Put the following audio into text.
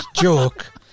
joke